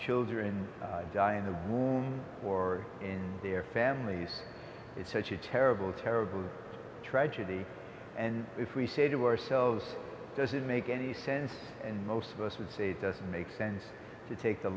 children die in the war in their families it's such a terrible terrible tragedy and if we say to ourselves does it make any sense and most of us would say it doesn't make sense to take the